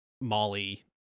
Molly